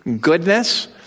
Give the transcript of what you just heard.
goodness